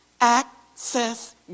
access